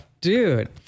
dude